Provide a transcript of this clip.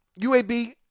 UAB